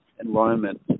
environment